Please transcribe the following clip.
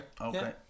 Okay